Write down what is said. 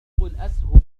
الأسهم